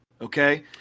okay